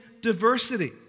diversity